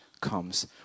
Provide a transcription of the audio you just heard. comes